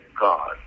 God